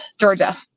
Georgia